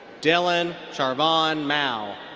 dylan charvon mao.